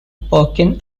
perkin